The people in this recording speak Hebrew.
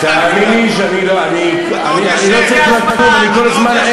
אני לא צריך לקום, אני כל הזמן,